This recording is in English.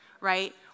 right